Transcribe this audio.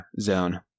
zone